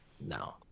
No